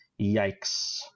yikes